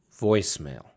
Voicemail